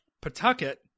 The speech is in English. Pawtucket